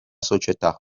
società